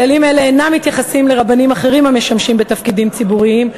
כללים אלה אינם מתייחסים לרבנים אחרים המשמשים בתפקידים ציבוריים,